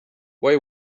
why